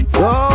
go